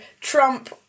Trump